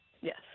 Yes